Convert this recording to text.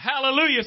hallelujah